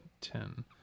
ten